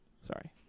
Sorry